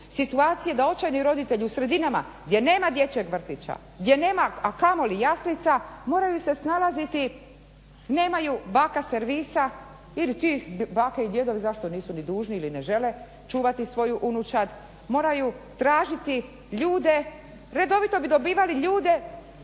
situacije da očajni roditelji u sredinama gdje nema dječjeg vrtića, a kamoli jaslica moraju se snalaziti, nemaju baka servisa ili ti baka i djedovi zašto nisu ni dužni ili ne žele čuvati svoju unučad, moraju tražiti ljude. Redovito bi dobivali ljude,